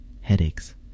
Headaches